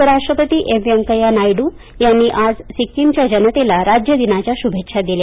उपराष्ट्रपती एम व्यंकया नायडू यांनी आज सिक्कीमच्या जनतेला राज्यदिनाच्या शुभेच्या दिल्या